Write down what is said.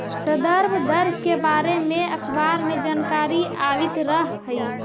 संदर्भ दर के बारे में अखबार में जानकारी आवित रह हइ